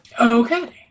Okay